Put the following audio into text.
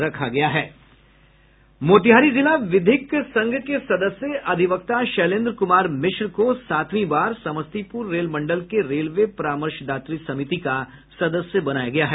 मोतिहारी जिला विधिज्ञ संघ के सदस्य अधिवक्ता शैलेन्द्र कुमार मिश्र को सातवीं बार समस्तीपुर रेल मंडल में रेलवे परामर्शदात्री समिति का सदस्य बनाया गया है